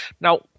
Now